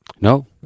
No